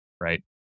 right